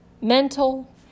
mental